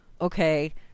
okay